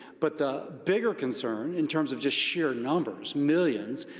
but the bigger concern in terms of just sheer numbers, millions,